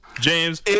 James